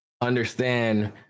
understand